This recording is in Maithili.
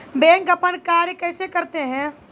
बैंक अपन कार्य कैसे करते है?